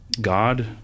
God